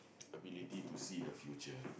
ability to see the future